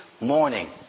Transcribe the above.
morning